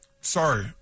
Sorry